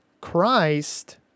Christ